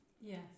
yes